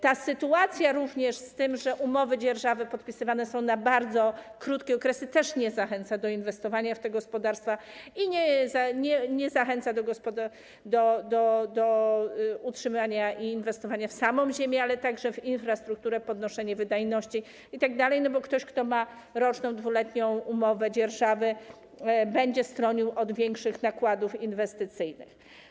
Również sytuacja związana z tym, że umowy dzierżawy podpisywane są na bardzo krótkie okresy, nie zachęca do inwestowania w te gospodarstwa, nie zachęca do utrzymania, do inwestowania w samą ziemię, ale także w infrastrukturę, podnoszenie wydajności itd., bo ktoś, kto ma roczną, 2-letnią umowę dzierżawy, będzie stronił od większych nakładów inwestycyjnych.